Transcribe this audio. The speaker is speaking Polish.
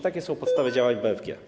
Takie są podstawy działań BFG.